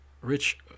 Rich